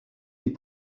les